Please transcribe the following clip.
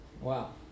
wow